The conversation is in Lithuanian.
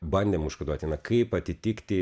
bandėm užkoduoti na kaip atitikti